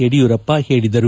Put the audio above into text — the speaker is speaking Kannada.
ಯಡಿಯೂರಪ್ಪ ಹೇಳಿದರು